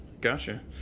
Gotcha